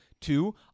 Two